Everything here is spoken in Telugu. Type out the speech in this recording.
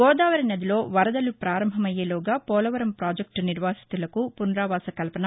గోదావరి నదిలో వరదలు పారంభమయ్యేలోగా పోలవరం ప్రాజెక్టు నిర్వాసితులకు పునరావాస కల్పన